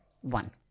One